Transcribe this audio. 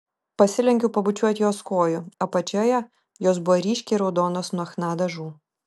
pasilenkiau pabučiuoti jos kojų apačioje jos buvo ryškiai raudonos nuo chna dažų